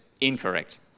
Incorrect